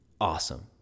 awesome